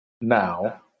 now